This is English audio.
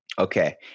Okay